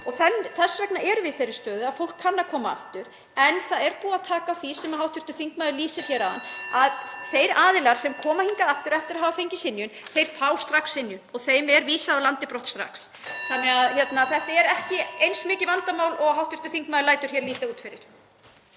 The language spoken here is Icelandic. hringir.) erum við í þeirri stöðu að fólk kann að koma aftur. En það er búið að taka á því sem hv. þingmaður lýsir hér áðan. Þeir aðilar sem koma hingað aftur eftir að hafa fengið synjun fá strax synjun og þeim er vísað brott úr landi strax. Þannig að þetta er ekki eins mikið vandamál og hv. þingmaður lætur hér líta út fyrir.